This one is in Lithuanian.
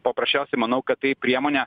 paprasčiausiai manau kad tai priemonė